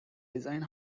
design